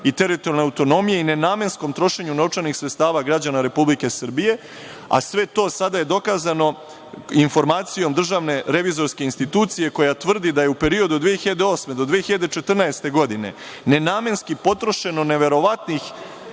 i teritorijalne autonomije i nenamensko trošenje novčanih sredstava građana Republike Srbije, a sve to je sada dokazano informacijom DRI koja tvrdi da je u periodu od 2008.-2014. godine nenamenski potrošeno neverovatnih